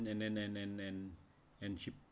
and and and and and and she